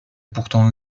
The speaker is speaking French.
pourtant